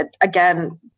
again